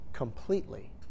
Completely